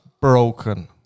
broken